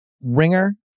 Ringer